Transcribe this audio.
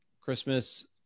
Christmas